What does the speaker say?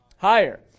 Higher